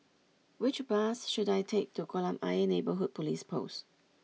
which bus should I take to Kolam Ayer Neighbourhood Police Post